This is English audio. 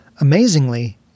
Amazingly